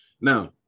Now